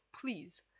please